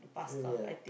ya